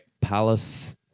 Palace